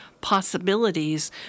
possibilities